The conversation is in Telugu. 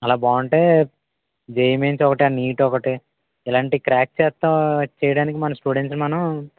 అలా బాగుంటే జెఈఈ మెయిన్స్ ఒకటి ఆ నీట్ ఒకటి ఇలాంటివి క్రాక్ చేస్తే చేయడానికి మన స్టూడెంట్స్ని మనం